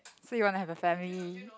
so you wanna have a family